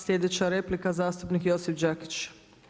Slijedeća replika zastupnik Josip Đakić.